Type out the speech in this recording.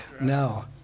no